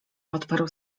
odparł